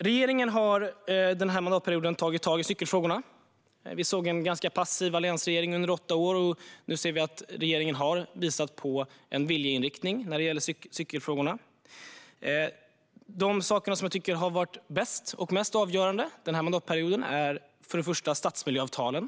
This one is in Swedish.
Regeringen har tagit tag i cykelfrågorna den här mandatperioden. Vi såg en ganska passiv alliansregering under åtta år. Nu ser vi att regeringen har visat på en viljeinriktning när det gäller cykelfrågorna. De saker som har varit bäst och mest avgörande den här mandatperioden är först och främst stadsmiljöavtalen.